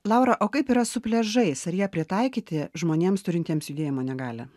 laura o kaip yra su pliažais ar jie pritaikyti žmonėms turintiems judėjimo negalią